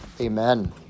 Amen